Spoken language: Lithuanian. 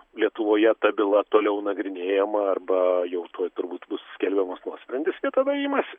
lietuvoje ta byla toliau nagrinėjama arba jau tuoj turbūt bus skelbiamas nuosprendis tada imas